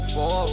Four